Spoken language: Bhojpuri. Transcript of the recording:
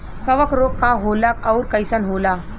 कवक रोग का होला अउर कईसन होला?